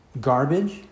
garbage